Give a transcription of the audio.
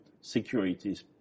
securities